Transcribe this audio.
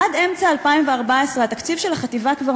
עד אמצע 2014 התקציב של החטיבה כבר